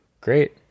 great